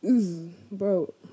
Bro